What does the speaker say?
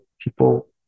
people